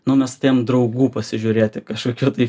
nu mes atėjom draugų pasižiūrėti kažkokių tai